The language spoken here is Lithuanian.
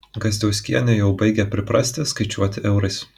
gazdziauskienė jau baigia priprasti skaičiuoti eurais